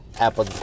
Apple